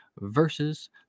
versus